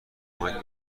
کمک